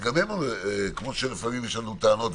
כמו שלפעמים יש לנו טענות,